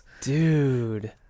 dude